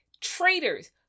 Traitors